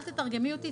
אל תתרגמי אותי.